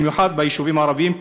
במיוחד ביישובים הערביים,